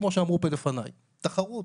תחרות,